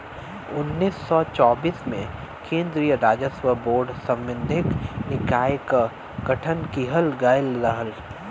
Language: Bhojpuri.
उन्नीस सौ चौबीस में केन्द्रीय राजस्व बोर्ड सांविधिक निकाय क गठन किहल गयल रहल